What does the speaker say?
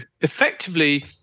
effectively